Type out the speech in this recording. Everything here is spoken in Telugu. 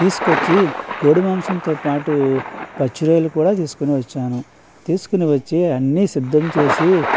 తీసుకొచ్చి కోడి మాంసంతో పాటు పచ్చి రొయ్యలు కూడా తీసుకొనివచ్చాను తీసుకుని వచ్చి అన్ని సిద్దం చేసి